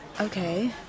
Okay